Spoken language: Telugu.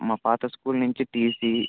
మా పాత స్కూల్ నుంచి టీ సీ